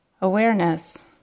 awareness